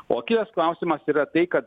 o kitas klausimas yra tai kad